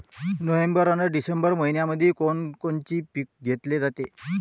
November अन December मइन्यामंधी कोण कोनचं पीक घेतलं जाते?